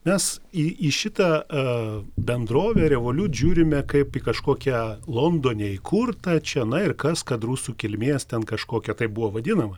mes į į šitą aa bendrovę revoliut žiūrime kaip į kažkokią londone įkurtą čia na ir kas kad rusų kilmės ten kažkokia tai buvo vadinama